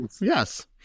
Yes